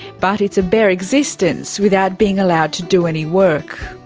but it's a bare existence without being allowed to do any work.